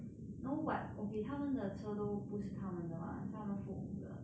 no but okay 他们的车都不是他们的 mah 是他们父母的